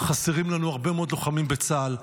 חסרים לנו הרבה מאוד לוחמים בצה"ל.